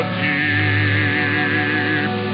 deep